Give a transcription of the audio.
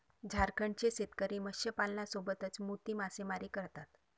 झारखंडचे शेतकरी मत्स्यपालनासोबतच मोती मासेमारी करतात